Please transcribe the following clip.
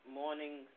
morning